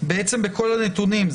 בעצם בכל הנתונים.